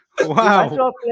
Wow